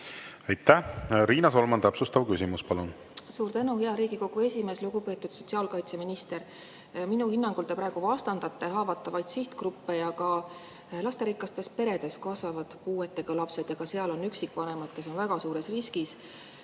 Aitäh! Riina Solman, täpsustav küsimus, palun! Suur tänu, hea Riigikogu esimees! Lugupeetud sotsiaalkaitseminister! Minu hinnangul te praegu vastandate haavatavaid sihtgruppe. Ka lasterikastes peredes kasvavad puudega lapsed ja ka seal on üksikvanemaid, kes on väga suures riskis,